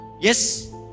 Yes